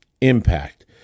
impact